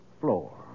floor